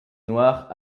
noir